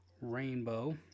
rainbow